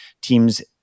teams